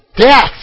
Death